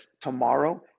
Tomorrow